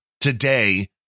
today